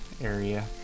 area